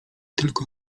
tylko